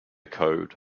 code